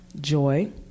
joy